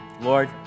Lord